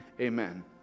amen